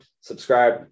Subscribe